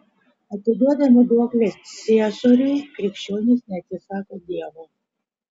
atiduodami duoklę ciesoriui krikščionys neatsisako dievo